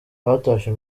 batashye